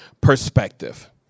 perspective